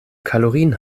kalorien